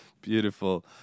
Beautiful